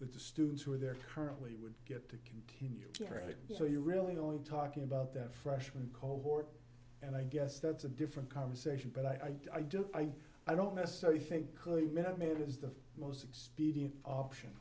that the students who are there currently would get to continue it so you really only talking about that freshman cohort and i guess that's a different conversation but i don't i don't necessarily think clearly minute maid is the most expedient option